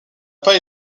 pas